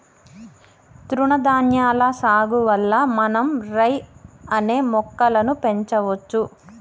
తృణధాన్యాల సాగు వల్ల మనం రై అనే మొక్కలను పెంచవచ్చు